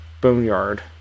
Boneyard